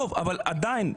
מי בעד הרביזיה, ירים את ידו?